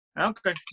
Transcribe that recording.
Okay